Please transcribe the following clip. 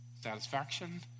satisfaction